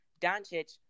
Doncic